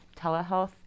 telehealth